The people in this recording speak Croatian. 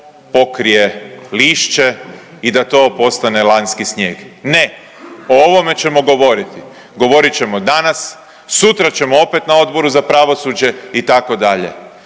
pokrije lišće i da to postane lanjski snijeg. Ne, o ovome ćemo govoriti, govorit ćemo danas, sutra ćemo opet na Odboru za pravosuđe, itd.